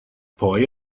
پاهای